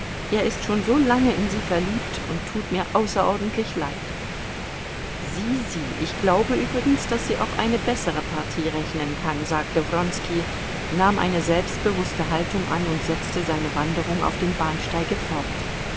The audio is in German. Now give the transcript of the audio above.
er ist schon so lange in sie verliebt und tut mir außerordentlich leid sieh sieh ich glaube übrigens daß sie auf eine bessere partie rechnen kann sagte wronski nahm eine selbstbewußte haltung an und setzte seine wanderung auf dem bahnsteige fort